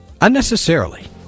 unnecessarily